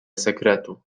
sekretu